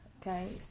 okay